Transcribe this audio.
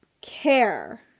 care